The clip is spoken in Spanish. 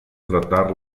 tratar